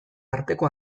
arteko